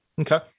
Okay